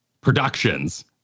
productions